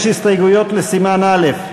יש הסתייגויות לסימן א'.